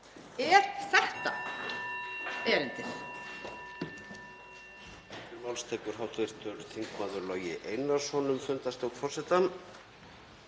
Er þetta erindið?